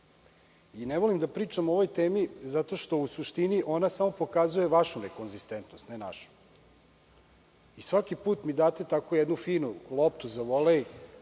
volim da pričam o ovoj temi zato što u suštini ona samo pokazuje vašu nekonzistentnost, a ne našu. Svaki put mi date tako jednu finu loptu za volej,